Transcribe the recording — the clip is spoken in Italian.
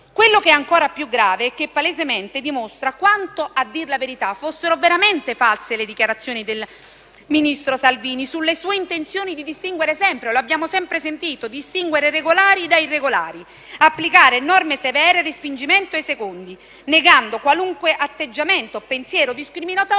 Quello che è ancora più grave è che ciò dimostra palesemente quanto, a dir la verità, fossero veramente false le dichiarazioni del ministro Salvini sulle sue intenzioni di distinguere sempre - lo abbiamo sempre sentito - i regolari dagli irregolari, applicando norme severe e respingimenti ai secondi e negando qualunque atteggiamento o pensiero discriminatorio